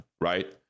right